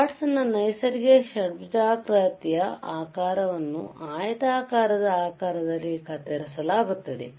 quartz ನ ನೈಸರ್ಗಿಕ ಷಡ್ಭುಜಾಕೃತಿಯ ಆಕಾರವನ್ನು ಆಯತಾಕಾರದ ಆಕಾರದಲ್ಲಿ ಕತ್ತರಿಸಲಾಗುತ್ತದೆ